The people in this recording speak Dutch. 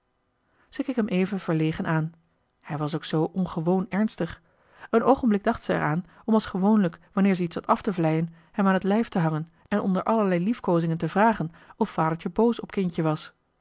keek hem even verlegen aan hij was ook zoo ongewoon ernstig een oogenblik dacht zij er aan om als gewoonlijk wanneer zij iets had af te vleien hem aan t lijf te hangen en onder allerlei liefkozingen te vragen of vadertje boos op kindje was